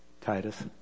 Titus